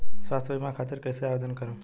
स्वास्थ्य बीमा खातिर कईसे आवेदन करम?